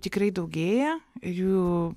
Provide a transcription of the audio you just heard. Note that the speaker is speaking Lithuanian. tikrai daugėja jų